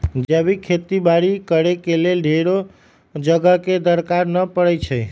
जैविक खेती बाड़ी करेके लेल ढेरेक जगह के दरकार न पड़इ छइ